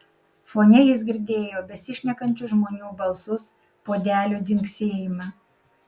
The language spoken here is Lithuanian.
fone jis girdėjo besišnekančių žmonių balsus puodelių dzingsėjimą